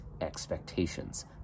expectations